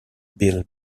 bill